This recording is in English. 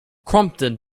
crompton